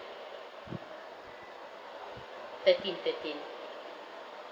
thirteen thirteen